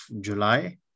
July